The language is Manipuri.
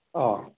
ꯑꯥ